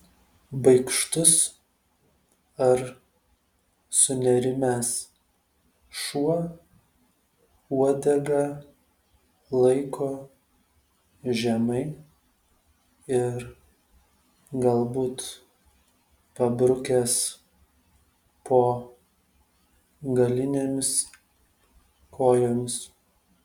baikštus ar sunerimęs šuo uodegą laiko žemai ir galbūt pabrukęs po galinėmis kojomis